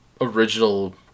original